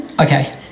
Okay